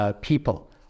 people